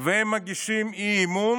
והם מגישים אי-אמון